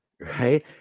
right